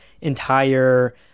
entire